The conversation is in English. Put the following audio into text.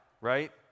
right